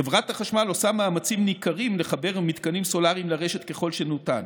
חברת החשמל עושה מאמצים ניכרים לחבר מתקנים סולריים לרשת ככל שניתן.